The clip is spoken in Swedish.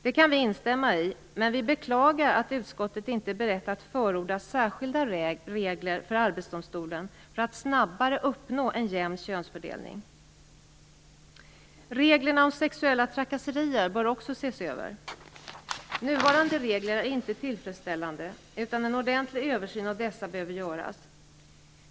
Det kan vi instämma i, men vi beklagar att utskottet inte är berett att förorda särskilda regler för Arbetsdomstolen för att snabbare uppnå en jämn könsfördelning. Den andra punkten gäller att reglerna om sexuella trakasserier också bör ses över. Nuvarande regler är inte tillfredsställande, utan en ordentlig översyn av dessa behöver göras.